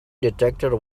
detector